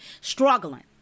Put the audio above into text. struggling